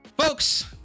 folks